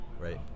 right